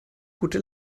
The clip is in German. gute